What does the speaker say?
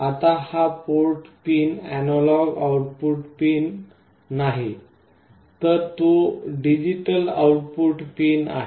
आता हा port pin analogue output pin नाही तर तो डिजिटल आउट पुट पिन आहे